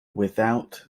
without